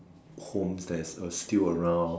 home that's uh still around